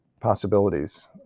possibilities